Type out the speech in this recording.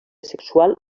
sexual